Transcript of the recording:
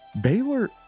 Baylor